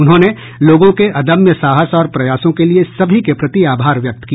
उन्होंने लोगों के अदम्य साहस और प्रयासों के लिए सभी के प्रति आभार व्यक्त किया